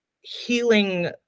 healing